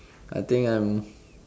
I think I'm